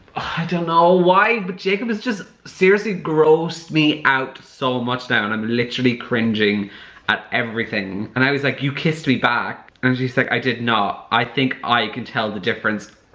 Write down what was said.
i don't know why but jacobs just seriously grossed me out so much now and i'm literally cringing at everything and i was like you kissed me back and she's like i did not, i think i can tell the difference.